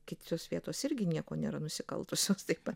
kitos vietos irgi nieko nėra nusikaltusiod taip pat